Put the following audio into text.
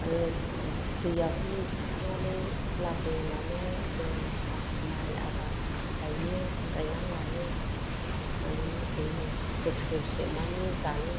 आरो दैआखौ थिखांनानै लाबोनानै जोङो माइ आबाद गायो गायनानै लायो मानोना जोंने बोसोरसेमानि जानो